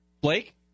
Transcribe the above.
Blake